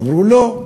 אמרו: לא.